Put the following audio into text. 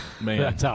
Man